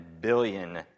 billion